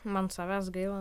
man savęs gaila